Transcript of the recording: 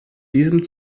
diesem